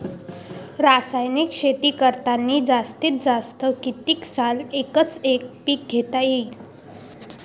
रासायनिक शेती करतांनी जास्तीत जास्त कितीक साल एकच एक पीक घेता येईन?